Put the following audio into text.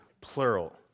plural